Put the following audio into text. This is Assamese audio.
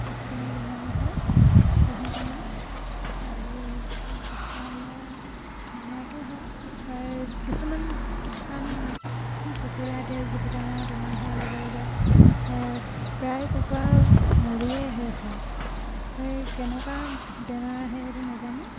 বেছিকেনে বেমাৰ হয় চাহী বেমাৰ আৰু জুপুকা মৰা বেমাৰটো হয় কিছুমান কুকুৰা এতিয়া জুপুকা মৰা বেমাৰ হোৱাৰ লগে লগে প্ৰায় কুকুৰা মৰিয়েই শেষ হয় কেনেকুৱা বেমাৰ আহে সেইটো নেজানো